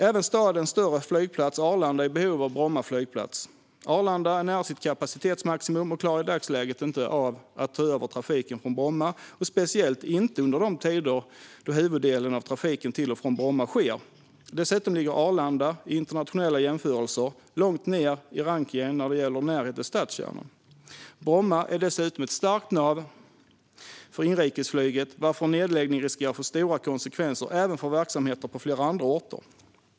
Även stadens större flygplats, Arlanda, är i behov av Bromma flygplats. Arlanda är nära sitt kapacitetsmaximum och klarar i dagsläget inte av att ta över trafiken från Bromma, speciellt inte under de tider då huvuddelen av trafiken till och från Bromma sker. Dessutom ligger Arlanda i internationella jämförelser långt ned i rankningen när det gäller närhet till stadskärnan. Bromma är dessutom ett starkt nav för inrikesflyget, varför en nedläggning riskerar att få stora konsekvenser även för verksamheter på flera andra orter.